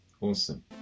awesome